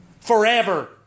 forever